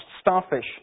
starfish